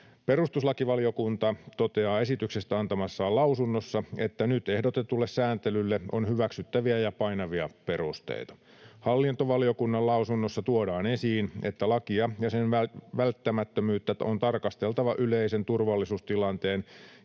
Perustuslakivaliokunta toteaa esityksestä antamassaan lausunnossa, että nyt ehdotetulle sääntelylle on hyväksyttäviä ja painavia perusteita. Hallintovaliokunnan lausunnossa tuodaan esiin, että lakia ja sen välttämättömyyttä on tarkasteltava yleisen turvallisuustilanteen